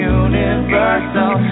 universal